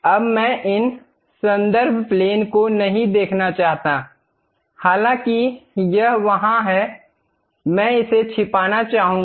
अब मैं इस संदर्भ प्लेन को नहीं देखना चाहता हालांकि यह वहां है मैं इसे छिपाना चाहूंगा